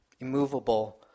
immovable